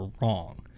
wrong